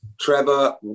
Trevor